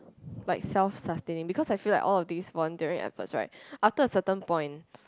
like self sustaining because I feel like all of these volunteering efforts right after a certain point